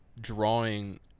drawing